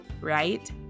right